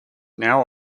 now